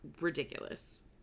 ridiculous